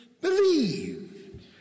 believe